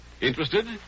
Interested